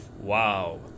Wow